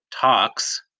talks